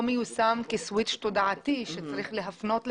מיושם כסוויץ' תועדתי שצריך להפנות לשם.